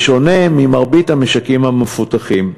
בשונה ממרבית המשקים המפותחים,